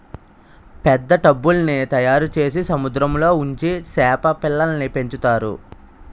పెద్ద టబ్బుల్ల్ని తయారుచేసి సముద్రంలో ఉంచి సేప పిల్లల్ని పెంచుతారు